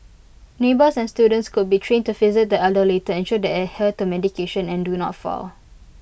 neighbours and students could be trained to visit the elderly to ensure they adhere to medication and do not fall